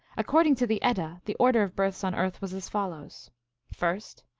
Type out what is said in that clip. according to the edda, the order of births on earth was as follows first,